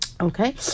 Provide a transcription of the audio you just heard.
Okay